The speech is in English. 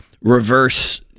reverse